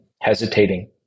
hesitating